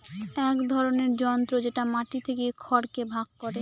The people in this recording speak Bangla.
এক ধরনের যন্ত্র যেটা মাটি থেকে খড়কে ভাগ করে